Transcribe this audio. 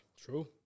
True